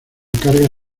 carga